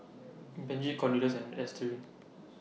Benji Cornelious and Ernestine